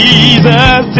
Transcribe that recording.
Jesus